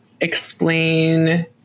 explain